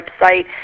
website